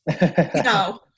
No